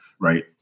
right